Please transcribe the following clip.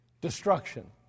Destruction